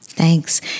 Thanks